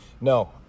No